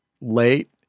late